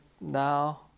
now